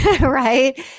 right